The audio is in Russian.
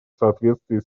соответствии